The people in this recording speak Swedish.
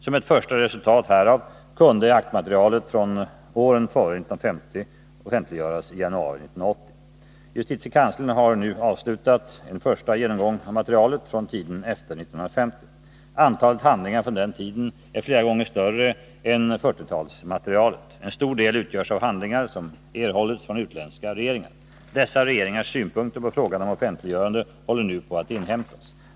Som ett första resultat härav kunde aktmaterialet från åren före 1950 offentliggöras i januari 1980. Justitiekanslern har nu avslutat en första genomgång av material från tiden efter 1950. Antalet handlingar från den tiden är flera gånger större än 1940-talsmaterialet. En stor del utgörs av handlingar som erhållits från utländska regeringar. Dessa regeringars synpunkter på frågan om offentliggörande håller nu på att inhämtas.